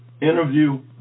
interview